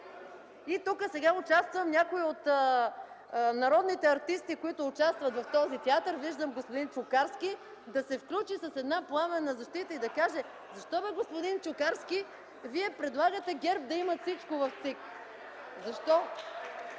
Тук сега участва някой от народните артисти, които участват в този театър – виждам господин Чукарски да се включи с една пламенна защита и да каже: „Защо, бе, господин Чукарски, Вие предлагате ГЕРБ да има всичко в ЦИК? Защо?”